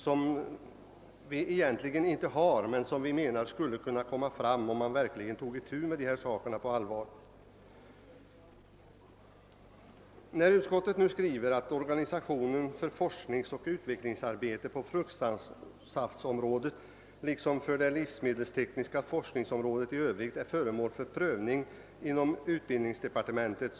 Sådana alternativ har vi egentligen inte, men man borde kunna få fram sådana, om man tog itu med dessa saker på allvar. Utskottet skriver att organisationen »för forskningsoch utvecklingsarbete på fruktsaftområdet liksom för det livsmedelstekniska området i övrigt är föremål för prövning inom utbildningsdepartementet».